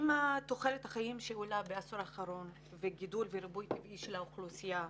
עם תוחלת החיים שעולה בעשור האחרון וגידול וריבוי טבעי של האוכלוסייה,